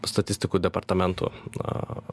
statistikų departamentų na